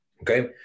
Okay